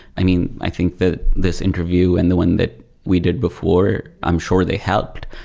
i mean, i think that this interview and the one that we did before, i'm sure they helped,